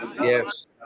Yes